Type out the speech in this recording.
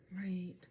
Right